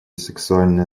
сексуальное